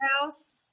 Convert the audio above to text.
house